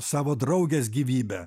savo draugės gyvybę